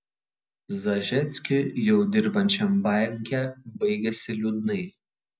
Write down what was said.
zažeckiui jau dirbančiam banke baigėsi liūdnai